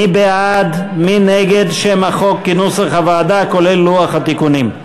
מי בעד ומי נגד שם החוק כנוסח הוועדה כולל לוח התיקונים?